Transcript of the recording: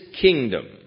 kingdom